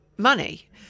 money